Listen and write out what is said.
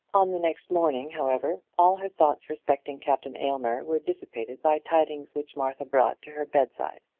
on the next morning, however, all her thoughts respecting captain aylmer were dissipated by tidings which martha brought to her bedside.